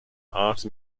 art